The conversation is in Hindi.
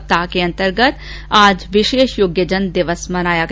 सप्ताह के अंतर्गत आज विशेष योग्यजन दिवस मनाया गया